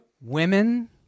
women